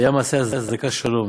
'והיה מעשה הצדקה שלום'".